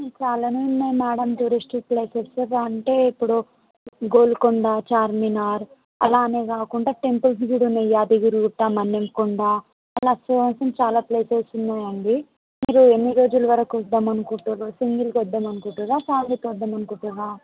ma'am చాలానే ఉన్నాయి madam tourist places అంటే ఇప్పుడు గోల్కొండ చార్మినార్ అలా అనే కాకుండా టెంపుల్స్ కూడా ఉన్నాయి యాదగిరి గుట్ట మన్యం కొండ అలా చూడాల్సింది చాలా ప్లేసెస్ ఉన్నాయి అండి మీరు ఎన్ని రోజులు వరకు ఉందామని అనుకుంటున్నారు సింగిల్గా వద్దాము అనుకుంటున్నారా ఫ్యామిలీతో వద్దాము అనుకుంటున్నారా